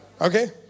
Okay